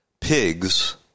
pigs